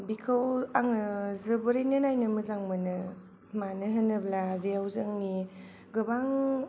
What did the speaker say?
बिखौ आङो जोबोरैनो नायनो मोजां मोनो मानो होनोब्ला बेयाव जोंनि गोबां